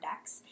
decks